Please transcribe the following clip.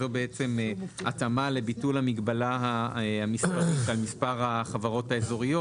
זו בעצם התאמה לביטול המגבלה המספרית למספר החברות האזוריות,